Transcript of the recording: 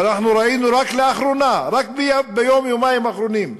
אנחנו ראינו רק לאחרונה, רק ביום-יומיים האחרונים,